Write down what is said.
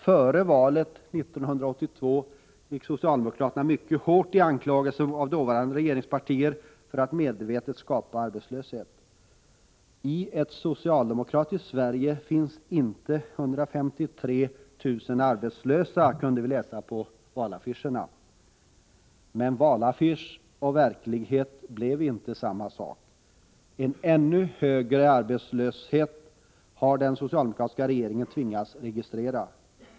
Före valet 1982 gick socialdemokraterna mycket långt när det gällde att anklaga dåvarande regeringspartier för att medvetet skapa arbetslöshet. I ett socialdemokratiskt Sverige finns inte 153 000 arbetslösa, kunde vi läsa på valaffischerna. Men valaffisch och verklighet blev inte samma sak. En ännu högre arbetslöshet har den socialdemokratiska regeringen tvingats registrera.